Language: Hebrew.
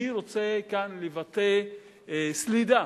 אני רוצה כאן לבטא סלידה